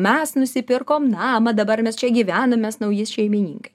mes nusipirkom namą dabar mes čia gyvenam mes nauji šeimininkai